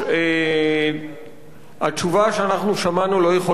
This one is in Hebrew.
התשובה ששמענו לא יכולה לספק אותנו,